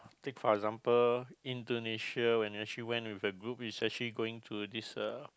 take for example Indonesia when we actually went with a group who is actually going to this uh